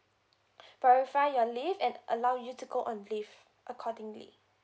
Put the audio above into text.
verify your leave and allow you to go on leave accordingly